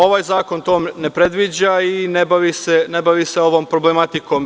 Ovaj zakon tone predviđa i ne bavi se ovom problematikom.